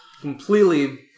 completely